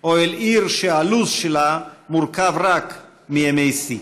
או אל עיר שהלו"ז שלה מורכב רק מימי שיא,